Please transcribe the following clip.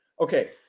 okay